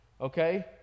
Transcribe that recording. okay